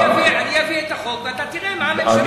אני אביא את החוק ואתה תראה מה הממשלה תגיד.